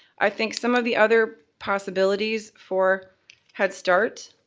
i think some of the other possibilities for head start,